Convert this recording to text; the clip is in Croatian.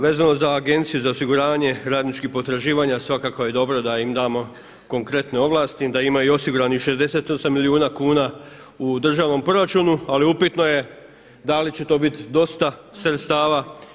Vezano za Agenciju za osiguravanje radničkih potraživanja svakako je dobro da im damo konkretne ovlasti, da imaju osiguranih 68 milijuna kuna u državnom proračunu, ali upitno je da li će to biti dosta sredstava.